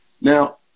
Now